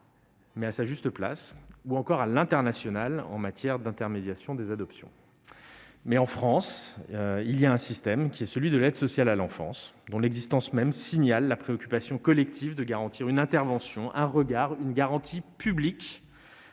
mais à sa juste place -, comme à l'international, en matière d'intermédiation des adoptions. La France a développé un système, celui de l'aide sociale à l'enfance, dont l'existence même signale la préoccupation collective de garantir une intervention, un regard, une garantie publique